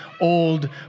old